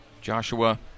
Joshua